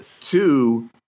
two